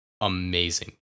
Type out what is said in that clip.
amazing